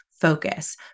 focus